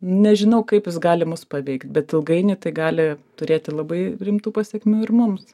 nežinau kaip jis gali mus paveikt bet ilgainiui tai gali turėti labai rimtų pasekmių ir mums